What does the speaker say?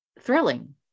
thrilling